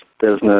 business